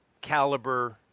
caliber